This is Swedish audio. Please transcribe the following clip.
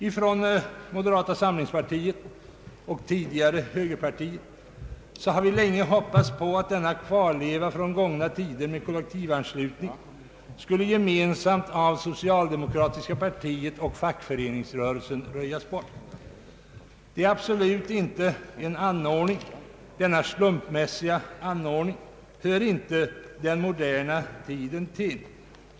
Inom moderata samlingspartiet, och tidigare högerpartiet, har vi länge hoppats på att denna kvarleva från gångna tider i fråga om kollektivanslutning skulle gemensamt av socialdemokratiska partiet och fackföreningsrörelsen röjas bort. Denna slumpmässiga anordning hör absolut inte den moderna tiden till.